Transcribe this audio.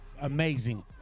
Amazing